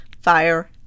Fire